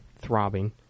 throbbing